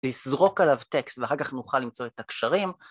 לזרוק עליו טקסט, ואחר כך נוכל למצוא את הקשרים.